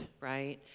right